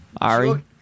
Ari